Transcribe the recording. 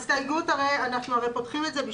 הרי אנחנו פותחים את זה,